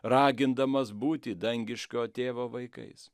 ragindamas būti dangiško tėvo vaikais